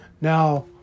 Now